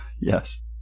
Yes